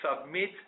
submit